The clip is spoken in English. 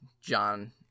John